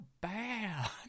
bad